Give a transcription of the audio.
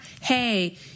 hey